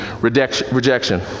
rejection